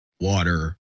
water